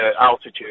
altitude